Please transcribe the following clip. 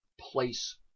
place